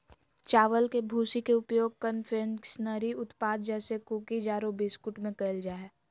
चावल के भूसी के उपयोग कन्फेक्शनरी उत्पाद जैसे कुकीज आरो बिस्कुट में कइल जा है